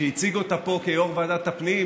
שהציג אותה פה כיו"ר ועדת הפנים,